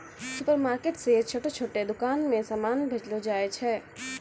supermarket से छोटो छोटो दुकान मे समान भेजलो जाय छै